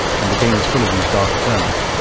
and the game is full of these darker turns,